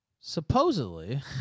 supposedly